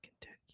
Kentucky